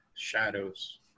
shadows